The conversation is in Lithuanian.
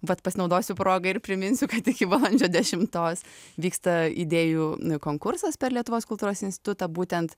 vat pasinaudosiu proga ir priminsiu kad iki balandžio dešimtos vyksta idėjų konkursas per lietuvos kultūros institutą būtent